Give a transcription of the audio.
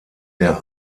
der